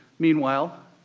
meanwhile,